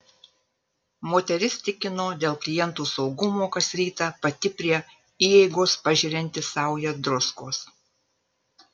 moteris tikino dėl klientų saugumo kas rytą pati prie įeigos pažerianti saują druskos